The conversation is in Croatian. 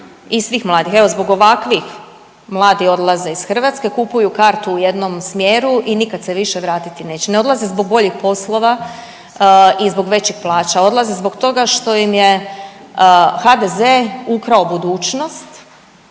i svih mladih. Evo zbog ovakvih mladi odlaze iz Hrvatske, kupuju kartu u jednom smjeru i nikad se više vratiti neće. Ne odlaze zbog boljih poslova i zbog većih plaća. Odlaze zbog toga što im je HDZ ukrao budućnost,